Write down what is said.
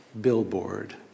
billboard